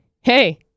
hey